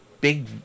big